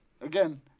Again